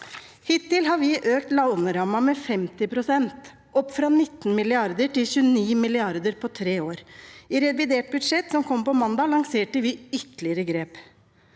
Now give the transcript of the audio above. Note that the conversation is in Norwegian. Hittil har vi økt lånerammen med 50 pst. – opp fra 19 mrd. kr til 29 mrd. kr på tre år. I revidert budsjett, som kom mandag, lanserte vi ytterligere grep.